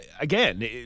again